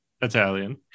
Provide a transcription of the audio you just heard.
italian